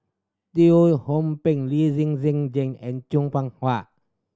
Teo Ho Pin Lee Zhen Zhen Jane and Chan Soh Ha